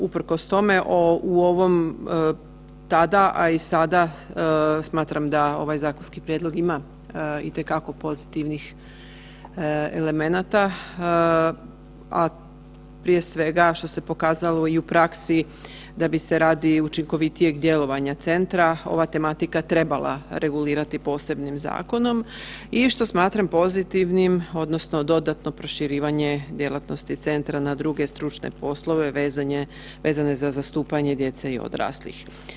Usprkos tome, u ovom tada, a i sada smatram da ovaj zakonski prijedlog ima itekako pozitivnih elemenata, a prije svega, što se pokazalo i u praksi da bi se radi učinkovitijeg djelovanja Centra ova tematika trebala regulirati posebnim zakonom i što smatram pozitivnim odnosno dodatno proširivanje djelatnosti Centra na druge stručne poslove vezane za zastupanje djece i odraslih.